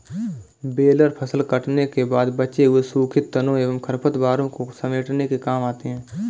baler फसल कटने के बाद बचे हुए सूखे तनों एवं खरपतवारों को समेटने के काम आते हैं